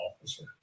officer